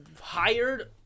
hired